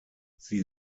sie